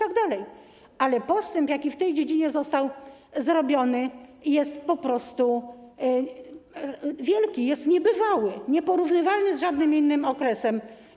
Ale postęp, jaki w tej dziedzinie został zrobiony, jest po prostu wielki, jest niebywały, nieporównywalny z żadnym innym okresem.